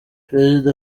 perezida